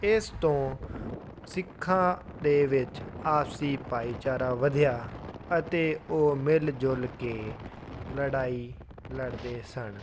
ਇਸ ਤੋਂ ਸਿੱਖਾਂ ਦੇ ਵਿੱਚ ਆਪਸੀ ਭਾਈਚਾਰਾ ਵਧਿਆ ਅਤੇ ਉਹ ਮਿਲ ਜੁਲ ਕੇ ਲੜਾਈ ਲੜਦੇ ਸਨ